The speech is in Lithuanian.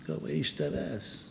gavai iš tavęs